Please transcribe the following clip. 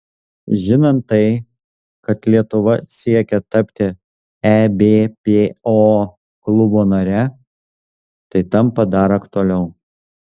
žinant tai kad lietuva siekia tapti ebpo klubo nare tai tampa dar aktualiau